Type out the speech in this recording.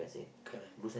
correct